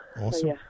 Awesome